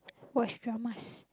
watch dramas